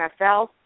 NFL